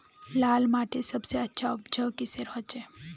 लाल माटित सबसे अच्छा उपजाऊ किसेर होचए?